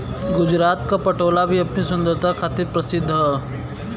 गुजरात क पटोला भी अपनी सुंदरता खातिर परसिद्ध हौ